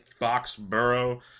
Foxborough